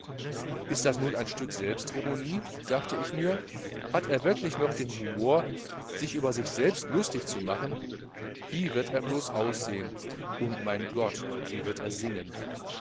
ist das nun ein stück selbstironie dacht ich mir hat er wirklich noch den humor sich über sich selbst lustig zu machen wie wird er blos aussehen und mein gott wie wird er singen